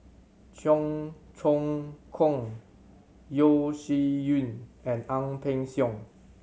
Cheong Choong Kong Yeo Shih Yun and Ang Peng Siong